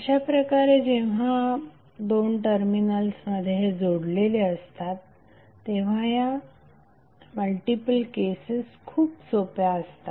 अशाप्रकारे जेव्हा दोन टर्मिनल्समध्ये हे जोडलेले असतात तेव्हा या मल्टिपल केसेस खूप सोप्या असतात